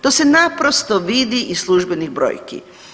To se naprosto vidi iz službenih brojki.